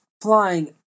flying